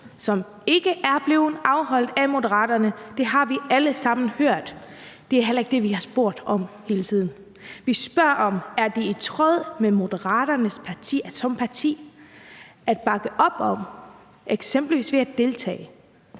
som ikke er blevet afholdt af Moderaterne. Det har vi alle sammen hørt. Det er heller ikke det, vi har spurgt om gentagne gange. Vi spørger om, om det er i tråd med Moderaterne som parti at bakke op om eksempelvis at deltage